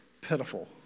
pitiful